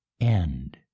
end